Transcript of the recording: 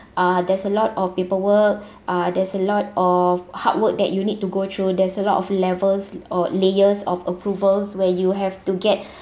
uh there's a lot of paperwork uh there's a lot of hard work that you need to go through there's a lot of levels or layers of approvals where you have to get